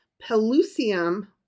Pelusium